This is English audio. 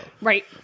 Right